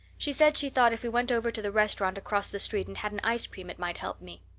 she said she thought if we went over to the restaurant across the street and had an ice cream it might help me.